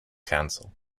council